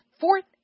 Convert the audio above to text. fourth